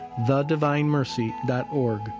thedivinemercy.org